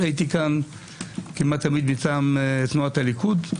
הייתי כאן כמעט תמיד מטעם תנועת הליכוד.